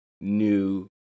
new